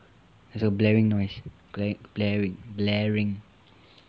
there's a blaring noise blar~ baring blaring